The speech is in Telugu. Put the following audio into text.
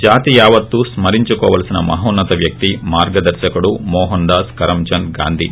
జాతి యావత్తూ స్క రించుకోవలసీన మహోన్నత వ్యక్తి మార్గ దర్రకుడు మోహన్ దాస్ కరం చంద్ గాంధీ